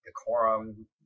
decorum